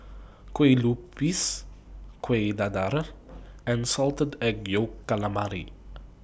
Kueh Lupis Kuih Dadar and Salted Egg Yolk Calamari